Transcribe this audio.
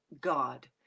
God